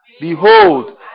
Behold